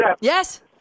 yes